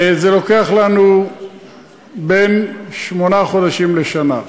לוקח לנו בין שמונה חודשים לשנה.